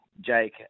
Jake